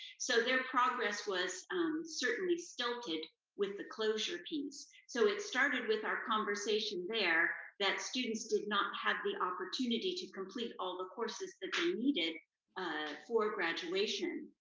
so their progress was certainly stilted with the closure piece. so it started with our conversation there that students did not have the opportunity to complete all the courses that they needed for graduation,